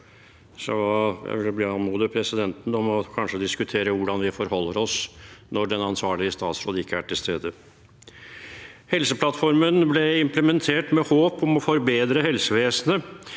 jeg vil anmode presidenten om kanskje å diskutere hvordan vi skal forholde oss til det når den ansvarlige statsråd ikke er til stede. Helseplattformen ble implementert med håp om å forbedre helsevesenet